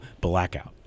blackout